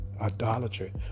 Idolatry